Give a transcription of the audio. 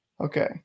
Okay